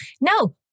no